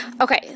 Okay